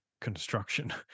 construction